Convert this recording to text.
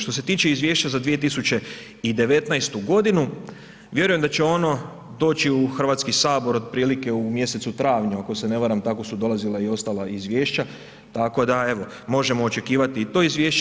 Što se tiče Izvješća za 2019.-tu godinu, vjerujem da će ono doći u Hrvatski sabor otprilike u mjesecu travnju, ako se ne varam tako su dolazila i ostala Izvješća, tako da evo možemo očekivati i to Izvješće.